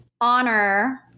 honor